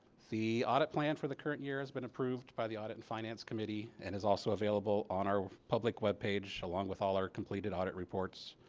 the audit plan for the current year has been approved by the audit and finance committee and is also available on our public web page along with all our completed audit reports.